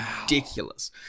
ridiculous